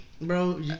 bro